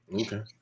Okay